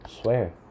Swear